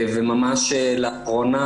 ממש לאחרונה,